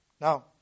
Now